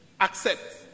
accept